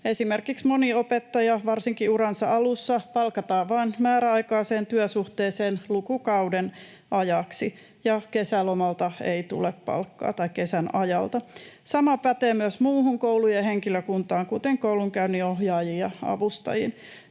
Esimerkiksi moni opettaja varsinkin uransa alussa palkataan vain määräaikaiseen työsuhteeseen lukukauden ajaksi, ja kesän ajalta ei tule palkkaa. Sama pätee muuhun koulujen henkilökuntaan, kuten koulunkäynninohjaajiin ja -avustajiin.